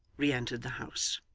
re-entered the house.